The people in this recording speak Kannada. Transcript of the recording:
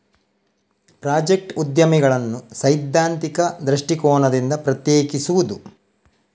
ಪ್ರಾಜೆಕ್ಟ್ ಉದ್ಯಮಿಗಳನ್ನು ಸೈದ್ಧಾಂತಿಕ ದೃಷ್ಟಿಕೋನದಿಂದ ಪ್ರತ್ಯೇಕಿಸುವುದು